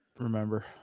Remember